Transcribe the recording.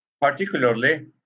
particularly